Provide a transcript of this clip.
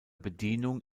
bedienung